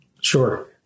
Sure